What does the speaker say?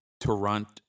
Toronto